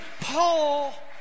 Paul